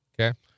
okay